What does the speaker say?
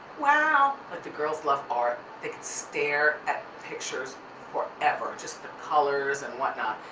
wow! like, the girls love art. they could stare at pictures forever. just the colors and whatnot.